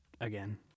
Again